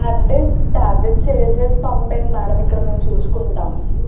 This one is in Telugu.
అంటే ట్యాబ్లెట్స్ వేసేసి పంపేండి మ్యాడమ్ ఇక్కడ మేము చూసుకుంటాం